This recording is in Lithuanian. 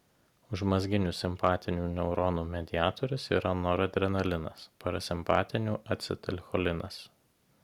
užmazginių simpatinių neuronų mediatorius yra noradrenalinas parasimpatinių acetilcholinas